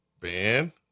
Ben